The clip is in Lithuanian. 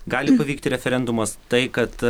gali pavykti referendumas tai kad